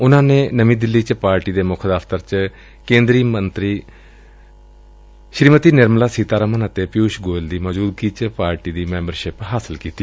ਉਨੂਾਂ ਨੇ ਨਵੀਂ ਦਿੱਲੀ ਵਿਚ ਪਾਰਟੀ ਦੇ ਮੁੱਖ ਦਫ਼ਤਰ ਵਿਚ ਕੇਂਦਰੀ ਮੰਤਰੀਆਂ ਨਿਰਮਾਲਾ ਸੀਤਾਰਮਨ ਅਤੇ ਪਿੱਉਸ਼ ਗੋਇਲ ਦੀ ਮੌਜੁਦਗੀ ਵਿਚ ਪਾਰਟੀ ਦੀ ਮੈਂਬਰਸ਼ਿਪ ਹਾਸਲ ਕੀਤੀ